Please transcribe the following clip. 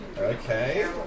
Okay